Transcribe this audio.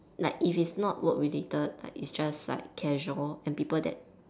like if it's not work related like it's just like casual and people that